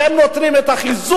איך הם נותנים את החיזוק,